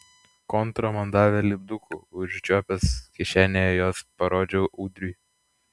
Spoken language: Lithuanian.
kontra man davė lipdukų užčiuopęs kišenėje juos parodžiau ūdriui